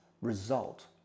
result